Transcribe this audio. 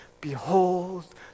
Behold